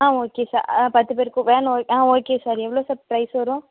ஆ okay sir ah பத்து பேருக்கு van ah okay sir எவ்வளோ சார் பிரைஸ் வரும்